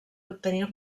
obtenir